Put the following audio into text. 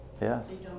yes